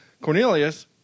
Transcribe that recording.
Cornelius